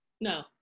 no